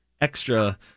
extra